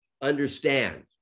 understand